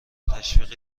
تشویق